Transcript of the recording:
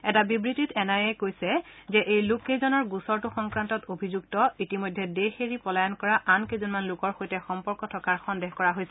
এটা বিব্বতিত N I A কৈছে যে এই লোককেইজনৰ গোচৰটো সংক্ৰান্তত অভিযুক্ত ইতিমধ্যে দেশ এৰি পলায়ন কৰা কেইজনমান লোকৰ সৈতে সম্পৰ্ক থকাৰ সন্দেহ কৰা হৈছে